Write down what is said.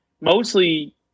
Mostly